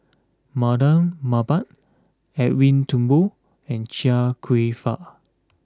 Mardan Mamat Edwin Thumboo and Chia Kwek Fah